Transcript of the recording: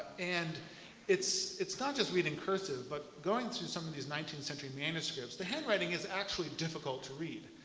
and it's it's not just reading cursive, but going through some of these nineteenth century manuscripts, the handwriting is actually difficult to read.